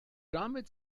damit